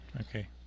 Okay